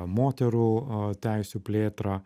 moterų teisių plėtrą